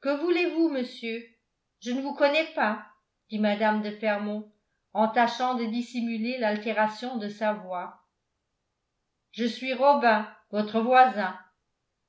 que voulez-vous monsieur je ne vous connais pas dit mme de fermont en tâchant de dissimuler l'altération de sa voix je suis robin votre voisin